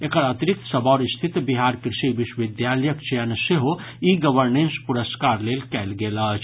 एकर अतिरिक्त संबौर स्थित बिहार कृषि विश्वविद्यालयक चयन सेहो ई गवर्नेंस पुरस्कार लेल कयल गेल अछि